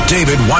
David